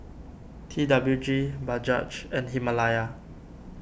T W G Bajaj and Himalaya